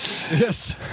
Yes